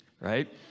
right